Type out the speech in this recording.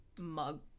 mug